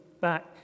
back